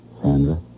Sandra